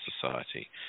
society